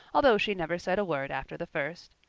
although she never said a word after the first.